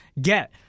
get